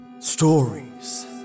Stories